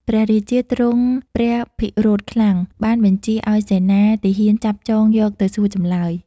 ព្រះរាជាទ្រង់ព្រះពិរោធខ្លាំង បានបញ្ជាឲ្យសេនាទាហានចាប់ចងយកទៅសួរចម្លើយ។